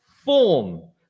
form